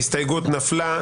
ההסתייגות נפלה.